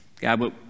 God